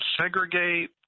segregate